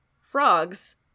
frogs